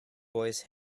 boys